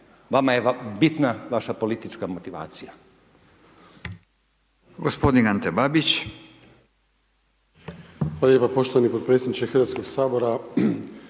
vama je bitna vaša politička motivacija.